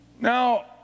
Now